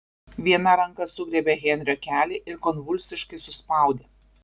viena ranka sugriebė henrio kelį ir konvulsiškai suspaudė